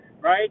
Right